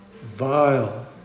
vile